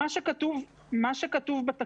מה שכתוב בתקנות.